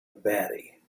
batty